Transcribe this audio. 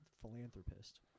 philanthropist